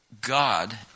God